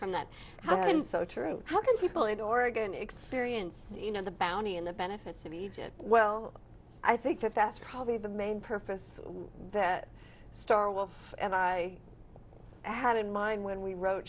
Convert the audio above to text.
from that how that is so true how can people in oregon experience you know the bounty and the benefits of egypt well i think that that's probably the main purpose what starr wolf and i had in mind when we wrote